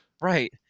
Right